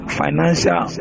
financial